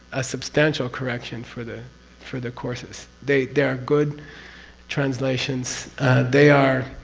a substantial correction for the for the courses. they there are good translations they are